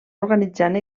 organitzant